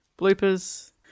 bloopers